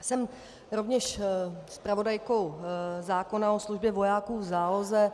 Jsem rovněž zpravodajkou zákona o službě vojáků v záloze.